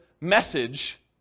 message